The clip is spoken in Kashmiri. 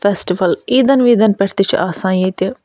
فٮ۪سٹٕوَل عیٖدَن ویٖدَن پٮ۪ٹھ تہِ چھِ آسان ییٚتہِ